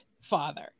father